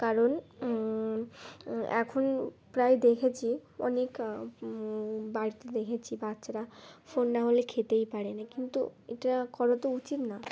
কারণ এখন প্রায় দেখেছি অনেক বাড়িতে দেখেছি বাচ্চারা ফোন না হলে খেতেই পারে না কিন্তু এটা করা তো উচিত না